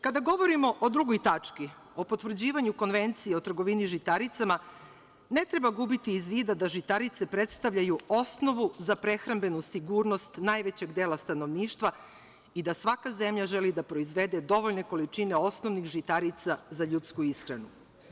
Kada govorimo o drugoj tački, o potvrđivanju Konvencije o trgovini žitaricama, ne treba gubiti iz vida da žitarice predstavljaju osnovu za prehrambenu sigurnost najvećeg dela stanovništva i da svaka zemlja želi da proizvede dovoljne količine osnovnih žitarica za ljudsku ishranu.